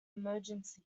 emergency